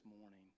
morning